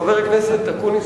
חבר הכנסת אקוניס,